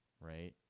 right